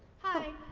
hi,